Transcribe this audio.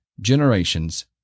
generations